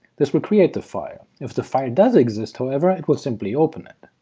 this will create the file. if the file does exist, however, it will simply open it.